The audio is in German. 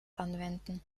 anwenden